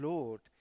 Lord